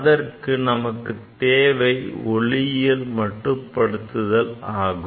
அதற்கு நமக்குத் தேவை ஒளியியல் மட்டுப்படத்துதல் ஆகும்